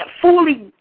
fully